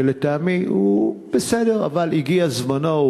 שלטעמי הוא בסדר אבל הגיע זמנו,